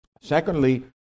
Secondly